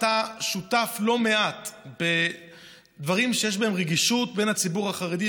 אתה שותף לא מעט בדברים שיש בהם רגישות של הציבור החרדי.